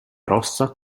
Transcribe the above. rossa